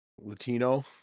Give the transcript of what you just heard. Latino